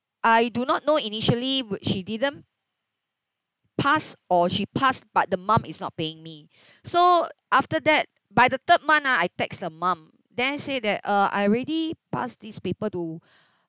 I do not know initially would she didn't pass or she passed but the mom is not paying me so after that by the third month ah I text the mom then I say that uh I already passed this paper to